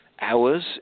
hours